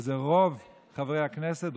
וזה רוב חברי הכנסת,